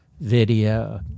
video